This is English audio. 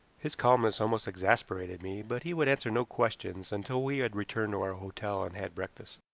his calmness almost exasperated me, but he would answer no questions until we had returned to our hotel and had breakfast.